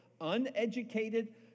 uneducated